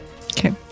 Okay